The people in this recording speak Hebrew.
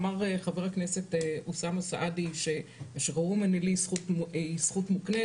אמר חבר הכנסת אוסאמה סעדי ששחרור מינהלי הוא זכות מוקנית,